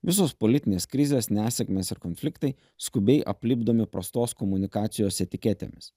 visos politinės krizės nesėkmės ir konfliktai skubiai aplipdomi prastos komunikacijos etiketėmis